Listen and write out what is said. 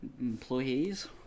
employees